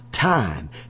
time